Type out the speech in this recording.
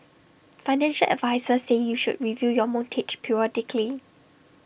financial advisers say you should review your mortgage periodically